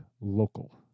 local